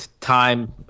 time